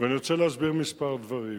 ואני רוצה להסביר כמה דברים.